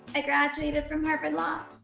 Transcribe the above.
i graduated from harvard law.